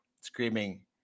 screaming